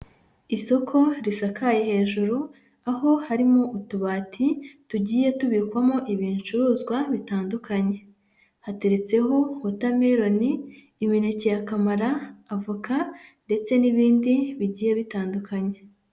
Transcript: Isoko risakaye hejuru aho harimo utubati tugiye tubikwamo ibicuruzwa bitandukanye, hateretseho watermellon, imineke ya kamara, avoka ndetse n'ibindi bigiye bitandukanye.